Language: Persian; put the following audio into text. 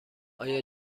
آیا